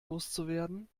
loszuwerden